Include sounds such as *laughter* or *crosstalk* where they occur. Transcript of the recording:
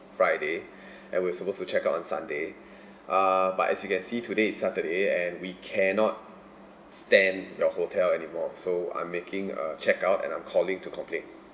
friday *breath* and we're supposed to check out on sunday *breath* uh but as you can see today is saturday and we cannot stand your hotel anymore so I'm making a check out and I'm calling to complain